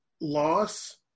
loss